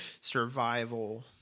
survival